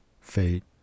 Fate